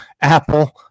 Apple